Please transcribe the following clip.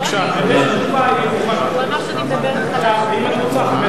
בבקשה, חברת הכנסת תירוש, אם את רוצה.